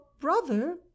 brother